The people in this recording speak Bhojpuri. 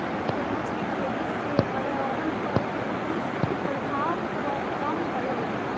मगरमच्छ के खेती से पर्यावरण पर दुष्प्रभाव कम पड़ेला